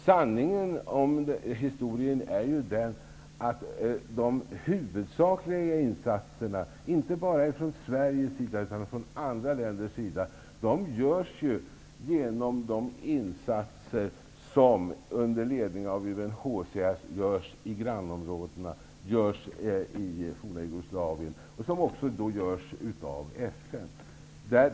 Sanningen om historien är ju att de huvudsakliga insatserna, inte bara från Sveriges sida utan även från andra länders sida, sker genom de insatser som under ledning av UNHCR görs i grannområdena och i det forna Jugoslavien och som görs av FN.